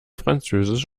französisch